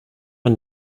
man